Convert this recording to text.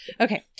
Okay